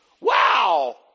Wow